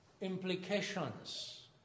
implications